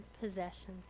possession